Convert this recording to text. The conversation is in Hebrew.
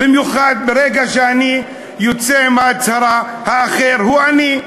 במיוחד ברגע שאני יוצא בהצהרה: "האחר הוא אני".